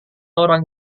orang